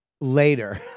Later